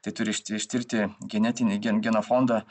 tai turi iš ištirti genetinį ge genofondą